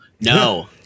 no